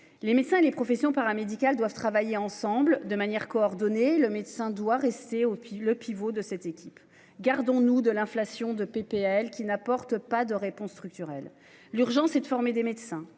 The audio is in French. Les médecins les professions paramédicales doivent travailler ensemble, de manière coordonnée, le médecin doit rester au puis le pivot de cette équipe. Gardons-nous de l'inflation de PPL qui n'apporte pas de réponse structurelle. L'urgence est de former des médecins